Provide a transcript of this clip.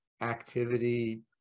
activity